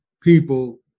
people